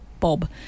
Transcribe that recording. Bob